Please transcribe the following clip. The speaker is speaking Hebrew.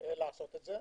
לעשות זאת.